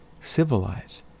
civilize